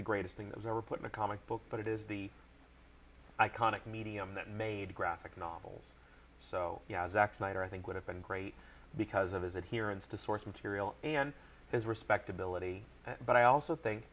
the greatest thing that was ever put in a comic book but it is the iconic medium that made graphic novels so yeah zack snyder i think would have been great because of his adherence to source material and his respectability but i also